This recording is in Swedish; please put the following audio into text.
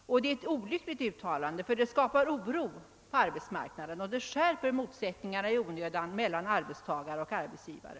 Och det är ett olyckligt uttalande, ty det skapar oro på arbetsmarknaden och det skärper motsättningarna i onödan mellan arbetstagare och arbetsgivare.